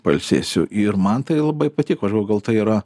pailsėsiu ir man tai labai patiko gal tai yra